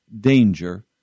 danger